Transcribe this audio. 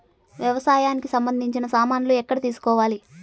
వ్యవసాయానికి సంబంధించిన సామాన్లు ఎక్కడ తీసుకోవాలి?